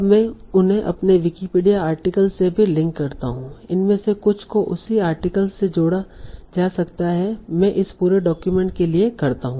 अब मैं उन्हें अपने विकिपीडिया आर्टिकल्स से भी लिंक करता हूं इनमें से कुछ को उसी आर्टिकल से जोड़ा जा सकता है मैं इस पूरे डॉक्यूमेंट के लिए करता हु